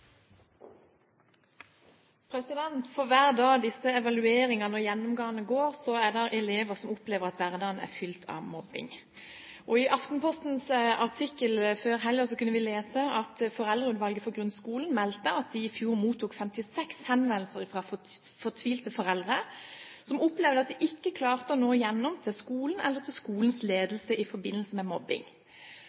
elever som opplever at hverdagen er fylt av mobbing. I en artikkel i Aftenposten før helgen kunne vi lese at Foreldreutvalget for grunnskolen meldte at de i fjor mottok 56 henvendelser fra fortvilte foreldre som opplevde at de ikke klarte å nå igjennom til skolen eller skolens ledelse i forbindelse med mobbing.